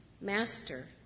Master